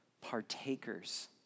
partakers